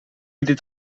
jullie